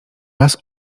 raz